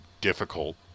difficult